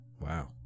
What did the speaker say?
Wow